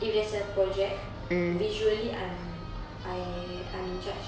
if there's a project visually I'm I I'm in charge